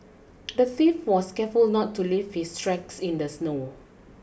the thief was careful not to leave his tracks in the snow